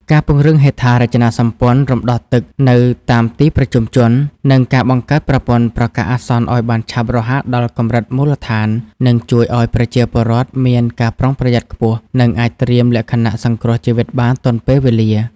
ការពង្រឹងហេដ្ឋារចនាសម្ព័ន្ធរំដោះទឹកនៅតាមទីប្រជុំជន និងការបង្កើតប្រព័ន្ធប្រកាសអាសន្នឱ្យបានឆាប់រហ័សដល់កម្រិតមូលដ្ឋាន នឹងជួយឱ្យប្រជាពលរដ្ឋមានការប្រុងប្រយ័ត្នខ្ពស់ និងអាចត្រៀមលក្ខណៈសង្គ្រោះជីវិតបានទាន់ពេលវេលា។